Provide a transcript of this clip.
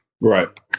Right